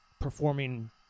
performing